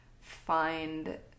find